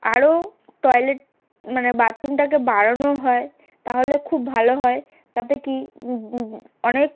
আরও টয়লেট মানে বাথরুমটাকে বাড়ানো হয় তাহলে খুব ভালো হয় তাতে কি অনেক